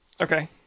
Okay